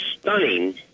stunning